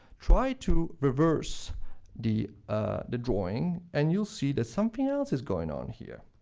try to reverse the ah the drawing, and you'll see that something else is going on here.